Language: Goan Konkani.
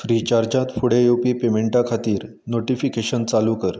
फ्रिचार्जात फुडें येवपी पेमेंटा खातीर नोटीफिकेशन चालू कर